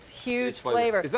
huge flavor.